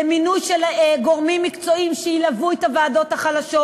למינוי של גורמים מקצועיים שילוו את הוועדות החלשות,